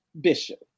bishop